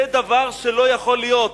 זה דבר שלא יכול להיות.